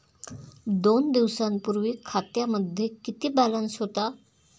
दोन दिवसांपूर्वी खात्यामध्ये किती बॅलन्स होता?